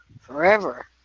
forever